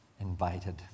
invited